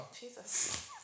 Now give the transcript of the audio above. Jesus